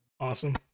Awesome